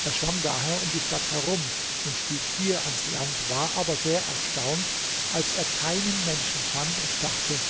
er schwamm daher um die stadt herum und stieg hier ans land war aber sehr erstaunt als er keinen menschen fand und dachte